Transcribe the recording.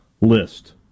list